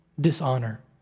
dishonor